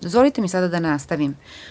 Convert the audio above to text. Dozvolite mi sada da nastavim.